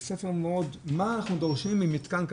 מה אנחנו דורשים ממתקן כזה.